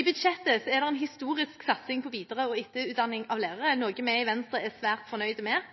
I budsjettet er det en historisk satsing på etter- og videreutdanning av lærere, noe vi i Venstre er svært fornøyde med.